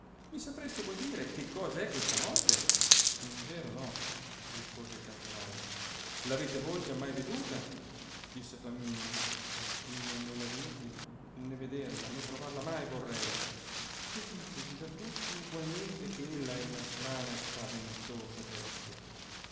mi sapreste voi dire che cosa è questa morte in vero no rispose il calzolaio l'avete voi giamai veduta disse fiamminio io né la vidi né vederla né provarla mai vorrei che dicesi da tutti ugualmente che ella è una strana e paventosa bestia